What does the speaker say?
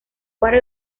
para